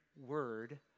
word